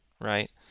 right